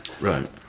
right